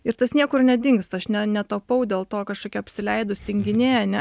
ir tas niekur nedingsta aš ne netapau dėl to kažkokia apsileidus tinginė ane